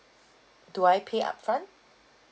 do I pay upfront